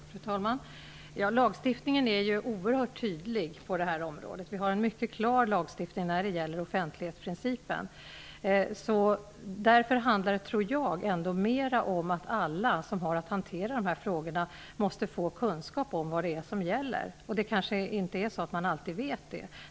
Fru talman! Lagstiftningen är oerhört tydlig på det här området. Vi har en myckat klar lagstiftning när det gäller offentlighetsprincipen. Därför tror jag att det mer handlar om att alla som har att hantera de här frågorna måste få kunskap om vad som gäller. Man kanske inte alltid har det.